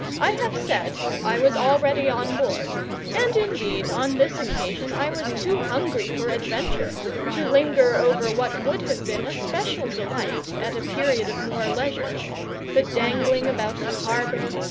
i have said i was already on board and, indeed, on this occasion i was too hungry for adventure to linger over what would have been a special delight at a period of more leisure the dangling about the harbour,